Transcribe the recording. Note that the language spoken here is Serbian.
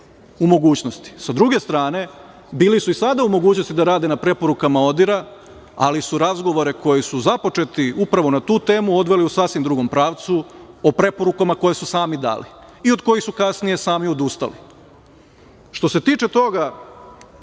u mogućnosti? Sa druge strane, bili su i sada u mogućnosti da rade na preporukama ODIHR-a, ali su razgovore koji su započeti upravo na tu temu odveli u sasvim drugom pravcu o preporukama koje su sami dali i od kojih su kasnije sami odustali. Što se tiče toga